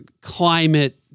climate